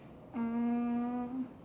mm